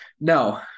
No